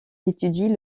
étudie